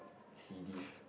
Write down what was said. C Div